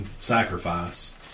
sacrifice